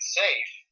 safe